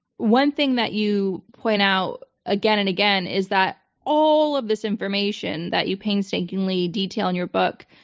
one thing that you point out again and again is that all of this information that you painstakingly detail in your book,